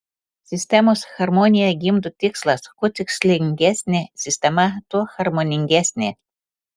sistemos harmoniją gimdo tikslas kuo tikslingesnė sistema tuo harmoningesnė